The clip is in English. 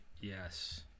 Yes